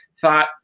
thought